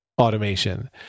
automation